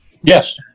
Yes